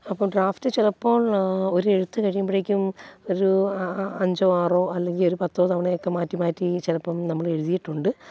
അപ്പോൾ ഡ്രാഫ്റ്റ് ചിലപ്പോൾ ഒരെഴുത്ത് കഴിയുമ്പോഴേക്കും ഒരൂ അ അഞ്ചോ ആറോ അല്ലെങ്കിൽ ഒരു പത്തോ തവണയൊക്കെ മാറ്റി മാറ്റി ചിലപ്പം നമ്മളെഴുതിയിട്ടുണ്ട്